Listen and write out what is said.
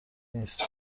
نیست